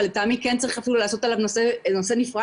אבל לטעמי צריך אפילו לעשות עליו נושא נפרד.